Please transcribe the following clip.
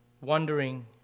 wondering